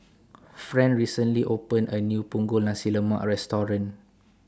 Fran recently opened A New Punggol Nasi Lemak Restaurant